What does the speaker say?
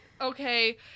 Okay